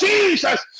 Jesus